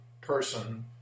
person